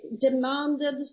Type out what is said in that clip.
demanded